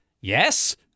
Yes